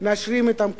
מיישרים אתם קו,